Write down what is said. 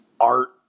art